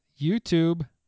youtube